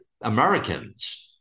americans